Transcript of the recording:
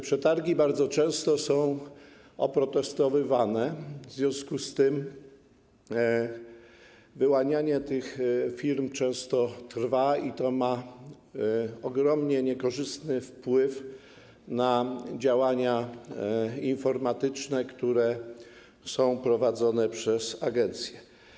Przetargi bardzo często są oprotestowywane, w związku z tym wyłanianie tych firm często trwa i to ma ogromnie niekorzystny wpływ na działania informatyczne, które są prowadzone przez agencję.